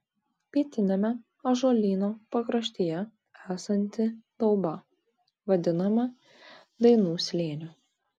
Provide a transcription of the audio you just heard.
pietiniame ąžuolyno pakraštyje esanti dauba vadinama dainų slėniu